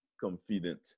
confident